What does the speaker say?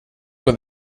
were